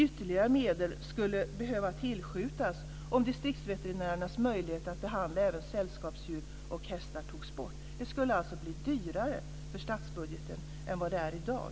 Ytterligare medel skulle behöva tillskjutas om distriktsveterinärernas möjlighet att behandla även sällskapsdjur och hästar togs bort. Det skulle alltså bli dyrare för statsbudgeten än vad det är i dag.